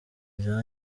bya